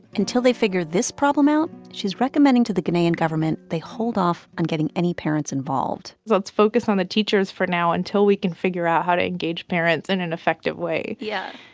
until they figure this problem out, she's recommending to the ghanaian government they hold off on getting any parents involved let's focus on the teachers for now until we can figure out how to engage parents in an effective way yeah.